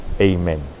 Amen